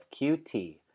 QT